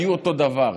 היו אותו דבר,